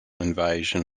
invasion